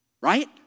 right